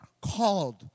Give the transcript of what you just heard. called